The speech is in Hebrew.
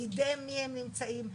בידי מי הם נמצאים,